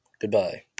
Goodbye